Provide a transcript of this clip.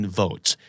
votes